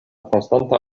konstanta